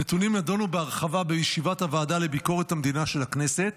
הנתונים נדונו בהרחבה בישיבת הוועדה לביקורת המדינה של הכנסת